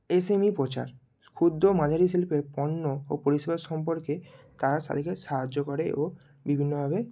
SME প্রচার ক্ষুদ্র ও মাঝারি শিল্পের পণ্য ও পরিষেবা সম্পর্কে তারা সাদিকে সাহায্য করে এবং বিভিন্নভাবে